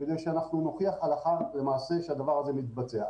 כדי שנוכיח הלכה למעשה שהדבר הזה מתבצע.